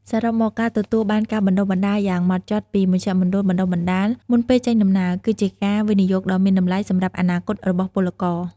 សរុបមក ការទទួលបានការបណ្តុះបណ្តាលយ៉ាងហ្មត់ចត់ពីមជ្ឈមណ្ឌលបណ្តុះបណ្តាលមុនពេលចេញដំណើរ គឺជាការវិនិយោគដ៏មានតម្លៃសម្រាប់អនាគតរបស់ពលករ។